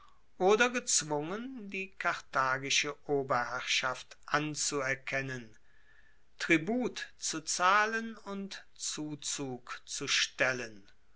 oder gezwungen die karthagische oberherrschaft anzuerkennen tribut zu zahlen und zuzug zu stellen